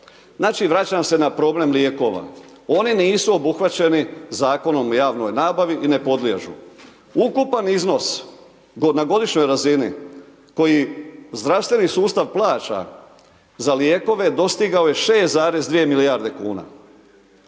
Znači vraćam se na problem lijekova, oni nisu obuhvaćeni Zakonom o javnoj nabavi i ne podliježu. Ukupan iznos na godišnjoj razini koji zdravstveni sustav plaća za lijekove dostigao je 6,2 milijarde kuna.